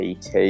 PT